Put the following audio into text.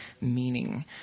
meaning